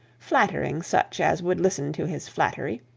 flattering such as would listen to his flattery,